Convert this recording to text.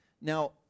Now